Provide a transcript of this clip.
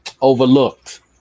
overlooked